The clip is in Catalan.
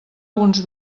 uns